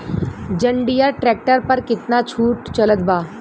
जंडियर tractor पर कितना के छूट चलत बा?